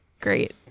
great